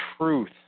truth